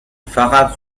فقط